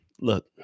Look